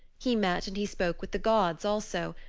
he met and he spoke with the gods also,